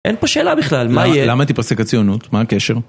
אין פה שאלה בכלל, מה יהיה? למה תיפסק הציונות? מה הקשר?